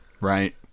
right